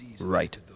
Right